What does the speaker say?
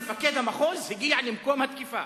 אני אומר: מפקד המחוז הגיע למקום התקיפה.